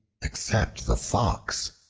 except the fox.